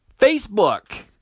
Facebook